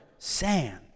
Sand